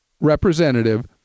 representative